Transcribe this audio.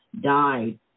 died